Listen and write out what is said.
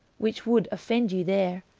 which would offend you there.